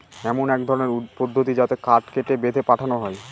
এমন এক ধরনের পদ্ধতি যাতে কাঠ কেটে, বেঁধে পাঠানো হয়